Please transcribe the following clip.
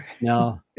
No